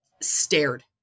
stared